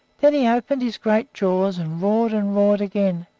then he opened his great jaws and roared and roared again,